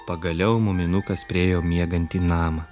pagaliau muminukas priėjo miegantį namą